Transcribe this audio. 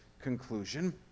conclusion